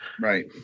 Right